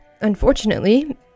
Unfortunately